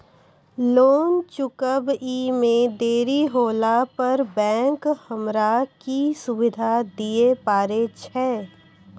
Loan चुकब इ मे देरी होला पर बैंक हमरा की सुविधा दिये पारे छै?